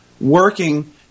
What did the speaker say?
working